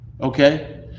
okay